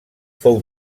fou